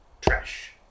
trash